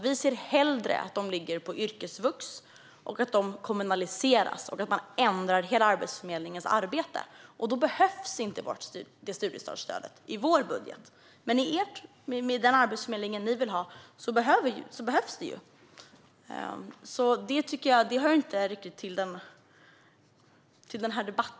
Vi ser hellre att man lägger dem på yrkesvux och att de kommunaliseras samtidigt som man ändrar hela Arbetsförmedlingens arbete. Då behövs inte studiestartsstödet i vår budget. Men med den arbetsförmedling som ni vill ha behövs det. Det hör alltså inte riktigt till denna debatt.